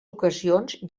ocasions